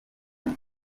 imwe